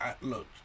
look